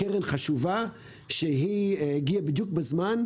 לציין שזו קרן חשובה שהגיעה בדיוק בזמן,